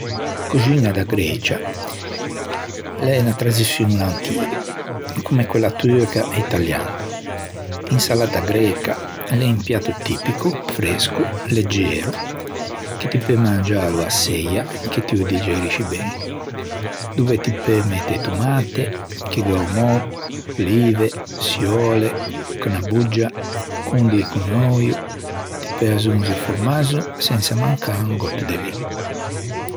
A coxiña da Grecia l'é unna tradiçion antiga, comme quella turca e italiaña. L'insalatta greca l'é un piato tipico, fresco che ti peu mangiâlo a-a seia, che ti ô digerisci ben, dove ti peu mette tomate, chigheumao, olive, çioule, cornabuggia, condio con euio, ti peu azzonze formaggio sensa mancâ un gòtto de vin.